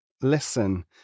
listen